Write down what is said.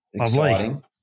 exciting